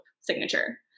signature